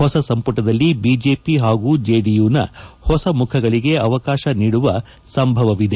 ಹೊಸ ಸಂಪುಟದಲ್ಲಿ ಬಿಜೆಪಿ ಹಾಗೂ ಜೆಡಿಯುನ ಹೊಸ ಮುಖಗಳಿಗೆ ಅವಕಾಶ ನೀದುವ ಸಂಭವವಿದೆ